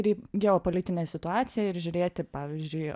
ir į geopolitinę situaciją ir žiūrėti pavyzdžiui